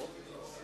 המורים,